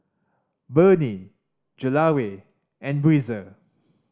Burnie Gelare and Breezer